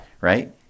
right